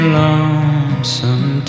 lonesome